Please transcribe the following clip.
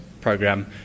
program